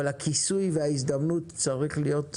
אבל הכיסוי וההזדמנות צריך להיות ב-90%,